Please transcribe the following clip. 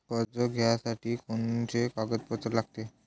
कर्ज घ्यासाठी कोनचे कागदपत्र लागते?